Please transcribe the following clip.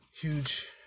huge